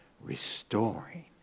restoring